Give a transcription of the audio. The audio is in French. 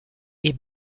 est